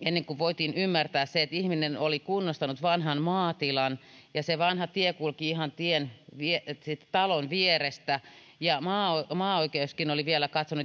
ennen kuin voitiin ymmärtää se että ihminen oli kunnostanut vanhan maatilan ja että se vanha tie kulki ihan siitä talon vierestä maaoikeuskin